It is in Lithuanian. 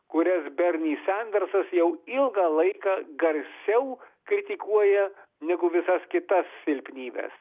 kurias berni sendersas jau ilgą laiką garsiau kritikuoja negu visas kitas silpnybes